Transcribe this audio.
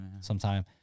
Sometime